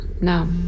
No